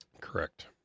Correct